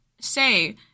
say